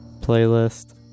playlist